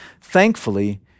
Thankfully